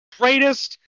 greatest